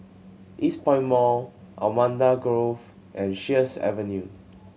Eastpoint Mall Allamanda Grove and Sheares Avenue